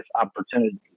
opportunity